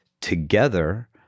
together